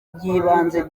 by’ibanze